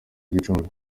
gicumbi